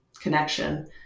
connection